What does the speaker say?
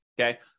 okay